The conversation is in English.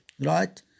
Right